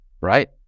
right